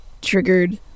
triggered